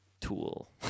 tool